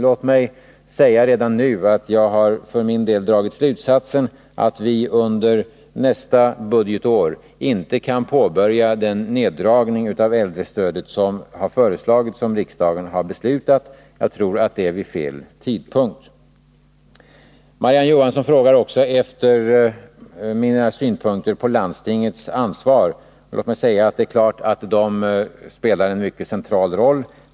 Låt mig säga redan nu, att jag för min del har dragit slutsatsen att vi under nästa budgetår inte kan påbörja den neddragning av äldrestödet som har föreslagits och som riksdagen har beslutat. Jag tror att det är fel tidpunkt. Marie-Ann Johansson frågar också efter mina synpunkter på landstingens ansvar. Låt mig säga att det är klart att landstingen spelar en mycket central roll.